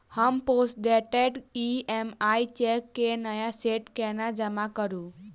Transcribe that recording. हम postdated EMI cheque केँ नया सेट केना जमा करू?